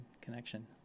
connection